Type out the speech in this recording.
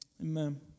Amen